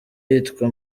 yitwa